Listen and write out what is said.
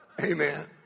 Amen